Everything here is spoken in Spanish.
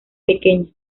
pequeña